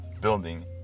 building